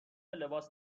لباس